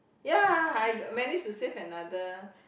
ya I manage to save another